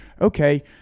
okay